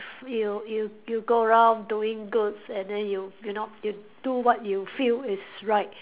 you you you go around doing goods and then you you know you do what you feel is right